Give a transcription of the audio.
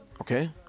okay